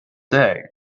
day